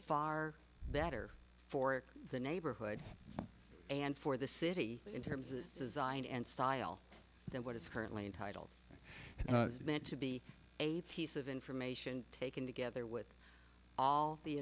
far better for the neighborhood and for the city in terms of design and style than what is currently in title and meant to be a piece of information taken together with all the